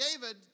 David